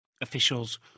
officials